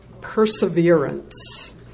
perseverance